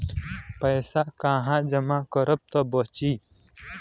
पैसा कहवा जमा करब त बची?